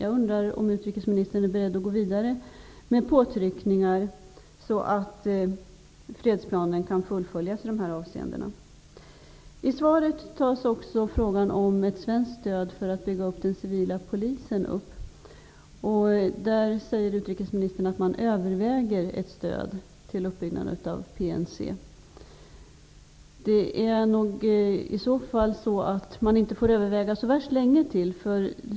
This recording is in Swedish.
Är utrikesministern beredd att gå vidare med påtryckningar så att fredsplanen kan fullföljas i dessa avseenden? I svaret tas också upp frågan om ett svenskt stöd för att bygga upp den civila polisen. Utrikesministern säger att man överväger ett stöd till uppbyggnaden av PNC. Man bör inte överväga så mycket längre.